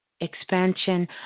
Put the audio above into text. Expansion